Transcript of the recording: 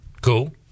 Cool